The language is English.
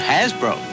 Hasbro